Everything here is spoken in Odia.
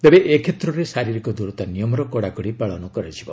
ତେବେ ଏ କ୍ଷେତ୍ରରେ ଶାରୀରିକ ଦୂରତା ନିୟମର କଡ଼ାକଡ଼ି ପାଳନ କରାଯିବ